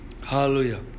Hallelujah